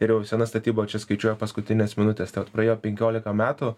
ir jau sena statyba čia skaičiuoja paskutines minutes tai vat praėjo penkiolika metų